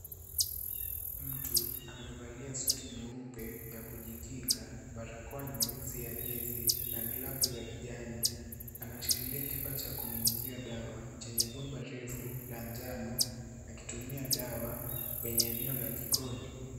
Mtu amevalia suti nyeupe ya kujikinga barakoa nyeusi ya gesi na glavu za kijani, anashikilia kifaa cha kunyunyuzia dawa chenye bomba refu la njano akitumia dawa kwenye eneo la jikoni.